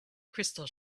crystal